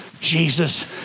Jesus